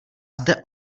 zde